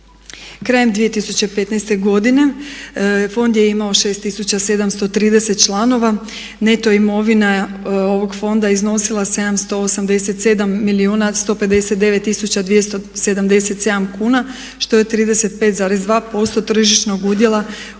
Krajem 2015.godine fond je imao 6 tisuća 730 članova, neto imovina ovog fonda iznosila je 787 milijuna 159 tisuća 277 kuna što je 35,2% tržišnog udjela u obveznim